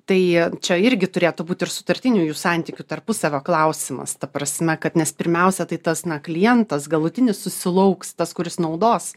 tai čia irgi turėtų būt ir sutartinių jų santykių tarpusavio klausimas ta prasme kad nes pirmiausia tai tas na klientas galutinis susilauks tas kuris naudos